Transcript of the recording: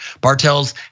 Bartels